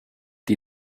die